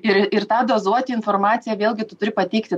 ir ir tą dozuoti informaciją vėlgi tu turi pateikti